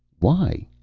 why?